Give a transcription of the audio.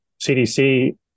CDC